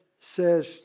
says